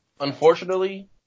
Unfortunately